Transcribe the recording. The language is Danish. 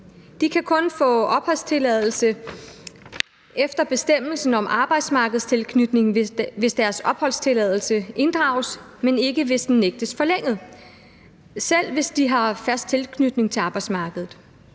De kan kun få opholdstilladelse efter bestemmelsen om arbejdsmarkedstilknytning, hvis deres opholdstilladelse inddrages, men ikke, hvis den nægtes forlænget, selv hvis de har fast tilknytning til arbejdsmarkedet.